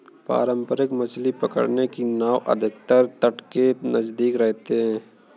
पारंपरिक मछली पकड़ने की नाव अधिकतर तट के नजदीक रहते हैं